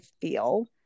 feel